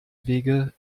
wege